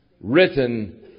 written